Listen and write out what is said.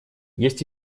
есть